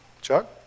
Chuck